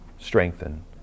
strengthen